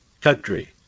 country